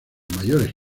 mayores